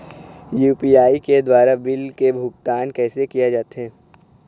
UPI के द्वारा bill के भुगतान कैसे किया जाथे?